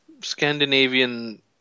Scandinavian